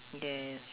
yes